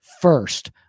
first